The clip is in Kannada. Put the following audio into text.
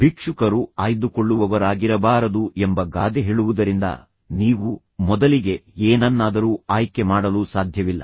ಭಿಕ್ಷುಕರು ಆಯ್ದುಕೊಳ್ಳುವವರಾಗಿರಬಾರದು ಎಂಬ ಗಾದೆ ಹೇಳುವುದರಿಂದ ನೀವು ಮೊದಲಿಗೆ ಏನನ್ನಾದರೂ ಆಯ್ಕೆ ಮಾಡಲು ಸಾಧ್ಯವಿಲ್ಲ